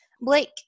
Blake